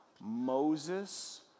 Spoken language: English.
Moses